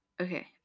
Okay